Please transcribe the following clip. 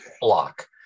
Block